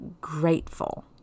grateful